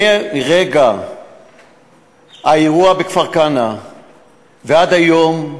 מרגע האירוע בכפר-כנא ועד היום,